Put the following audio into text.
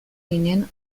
ginen